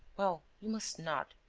well, you must not.